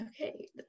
Okay